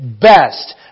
best